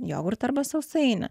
jogurtą arba sausainį